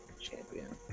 champion